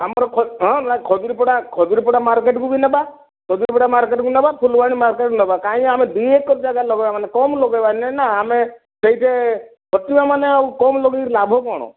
ଆମର ହଁ ଖଜୁରୀପଡ଼ା ଖଜୁରୀପଡ଼ା ମାର୍କେଟ୍ କୁ ବି ନେବା ଖଜୁରୀ ସେଇ ଯେ ମାର୍କେଟ କୁ ନେବା ଫୁଲବାଣୀ ମାର୍କେଟ୍ ନେବା କାହିଁକି ଆମେ ଦୁଇ ଏକର ଜାଗା ଲଗେଇବା ମାନେ କମ ଲଗେଇବାନିନା ଆମେ ସେଇ ଯେ ଖଟିବା ମାନେ କମ ଲଗେଇକି ଲାଭ କଣ